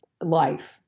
life